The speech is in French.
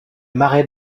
marée